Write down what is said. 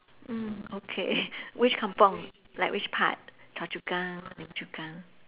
mm okay which kampung like which part choa chu kang lim chu kang